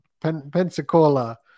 Pensacola